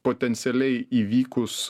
potencialiai įvykus